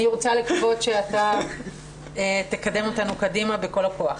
אני רוצה לקוות שאתה תקדם אותנו קדימה בכל הכוח.